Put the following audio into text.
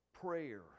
prayer